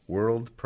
World